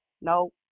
No